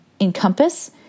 encompass